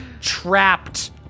trapped